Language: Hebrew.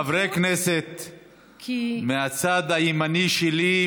חברי כנסת מהצד הימני שלי,